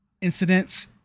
incidents